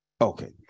Okay